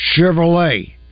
Chevrolet